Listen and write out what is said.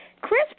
Chris